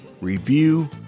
review